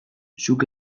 zuk